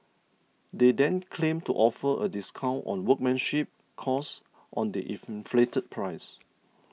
they then claim to offer a discount on workmanship cost on the inflated price